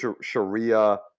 sharia